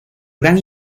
gran